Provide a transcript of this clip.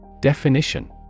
Definition